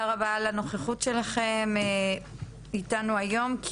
רבה על הנוכחות שלכם כאן איתנו היום.